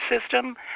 system